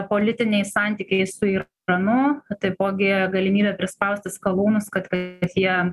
politiniai santykiai su iranu taipogi galimybė prispausti skalūnus kad jie